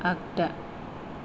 आगदा